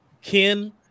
Ken